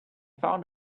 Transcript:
found